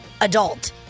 adult